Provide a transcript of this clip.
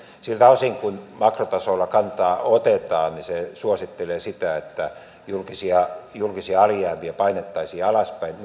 siltä osin kuin makrotasolla kantaa otetaan niin se suosittelee sitä että julkisia julkisia alijäämiä painettaisiin alaspäin